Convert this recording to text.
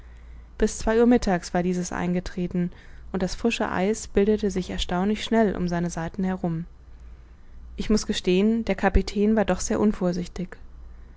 bis zwei uhr mittags war dieses eingetreten und das frische eis bildete sich erstaunlich schnell um seine seiten herum ich muß gestehen der kapitän war doch sehr unvorsichtig